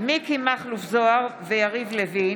מכלוף מיקי זוהר ויריב לוין,